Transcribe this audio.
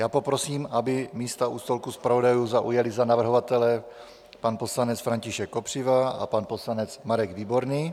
Já poprosím, aby místa u stolku zpravodajů zaujali za navrhovatele pan poslanec František Kopřiva a pan poslanec Marek Výborný.